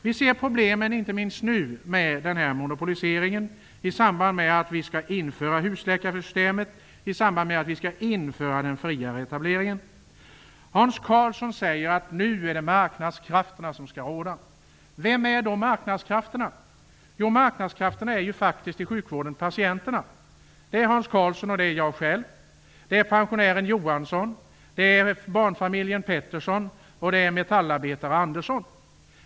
Vi ser problemen inte minst nu med den här monopoliseringen i samband med att vi skall införa husläkarsystemet och den friare etableringen. Hans Karlsson säger: Nu är det marknadskrafterna som skall råda. Vilka är då marknadskrafterna? Jo, marknadskrafterna i sjukvården är faktiskt patienterna. Det är Hans Karlsson och jag själv, det är pensionären Johansson, barnfamiljen Pettersson och metallarbetare Andersson.